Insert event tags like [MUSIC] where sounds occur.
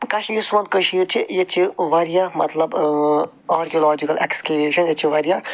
[UNINTELLIGIBLE] یہِ سون کٔشیٖر چھِ ییٚتہِ چھِ واریاہ مطلب آرکیولاجِکَل اٮ۪کٕسکیٚویشَن ییٚتہِ چھِ واریاہ